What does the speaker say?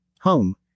Home